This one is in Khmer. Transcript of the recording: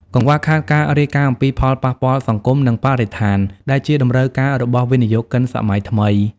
កង្វះខាតការរាយការណ៍អំពីផលប៉ះពាល់សង្គម និងបរិស្ថាន ដែលជាតម្រូវការរបស់វិនិយោគិនសម័យថ្មី។